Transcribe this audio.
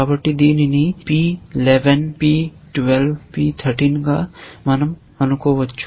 కాబట్టి దీనిని P11 P12 P13 గా మనం అనుకోవచ్చు